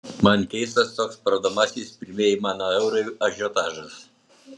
man keistas toks parodomasis pirmieji mano eurai ažiotažas